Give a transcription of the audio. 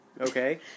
Okay